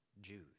Jews